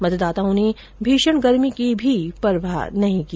मतदाताओं ने भीषण गर्मी की भी परवाह नहीं की